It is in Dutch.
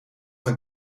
een